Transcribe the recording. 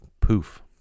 poof